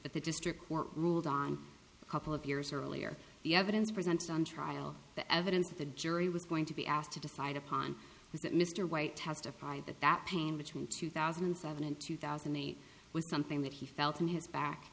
that the district court ruled on a couple of years earlier the evidence presented on trial the evidence that the jury was going to be asked to decide upon is that mr white testified that that pain between two thousand and seven and two thousand and eight was something that he felt in his back